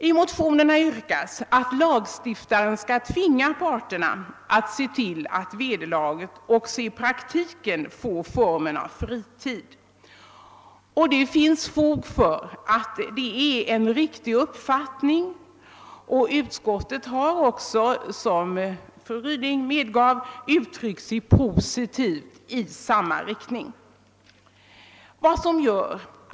I motionerna yrkas att parterna lagstiftningsvägen skall tvingas att tillse att vederlaget i praktiken får formen av fritid. Det finns mycket som talar för riktigheten av en sådan uppfattning och utskottet har även, såsom fru Ryding medgav, uttryckt sig positivt beträffande tanken.